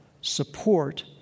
support